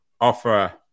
offer